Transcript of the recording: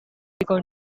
every